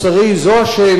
זו השאלה.